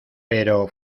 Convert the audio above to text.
pero